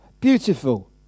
Beautiful